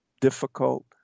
difficult